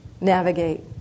navigate